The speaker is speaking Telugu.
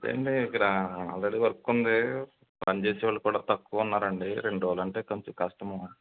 అదే అండి ఇక్కడ ఆల్రెడీ వర్క్ ఉంది పనిచేసే వాళ్ళు కూడా తక్కువ ఉన్నారండి రెండు రోజులు అంటే కొంచెం కష్టము